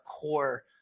core